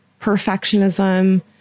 perfectionism